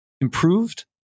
improved